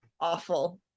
awful